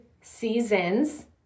seasons